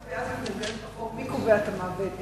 מי קובע את המוות,